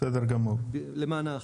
למען האחידות.